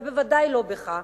ובוודאי לא בך.